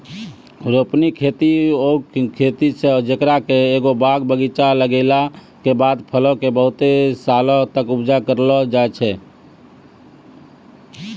रोपनी खेती उ खेती छै जेकरा मे एगो बाग बगीचा लगैला के बाद फलो के बहुते सालो तक उपजा करलो जाय छै